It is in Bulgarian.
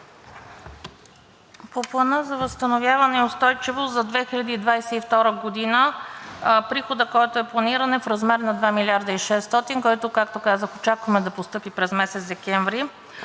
В Плана за възстановяване и устойчивост за 2022 г. приходът, който е планиран, е в размер на 2 млрд. и 600, който, както казах, очакваме да постъпи през месец декември,